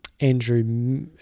Andrew